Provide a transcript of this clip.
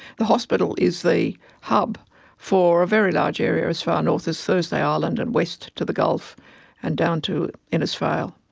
the hospital is the hub for a very large area, as far north as thursday island and west to the gulf and down to innisfail,